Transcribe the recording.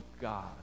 God